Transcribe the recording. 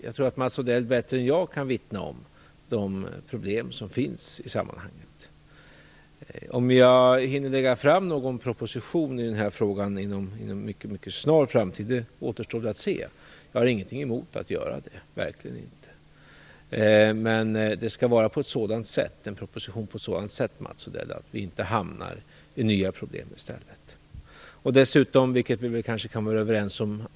Jag tror att Mats Odell bättre än jag kan vittna om de problem som finns i sammanhanget. Om jag hinner lägga fram någon proposition i denna fråga inom en mycket snar framtid återstår att se. Jag har verkligen ingenting emot att göra det, men en proposition skall vara sådan att vi inte hamnar i nya problem i stället. Vi pratar så ofta om stabila spelregler.